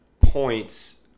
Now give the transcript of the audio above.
points